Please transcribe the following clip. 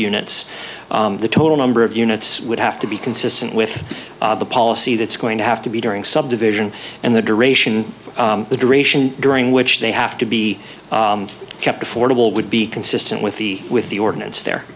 units the total number of units would have to be consistent with the policy that's going to have to be during subdivision and the duration for the duration during which they have to be kept affordable would be consistent with the with the ordinance there